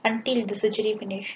until the surgery finished